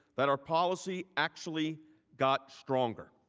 that our policy actually got stronger.